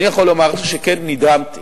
אני יכול לומר לך שכן, נדהמתי.